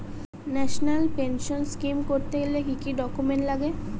National pension scheme করতে গেলে কি কি ডকুমেন্ট লাগে?